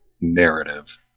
narrative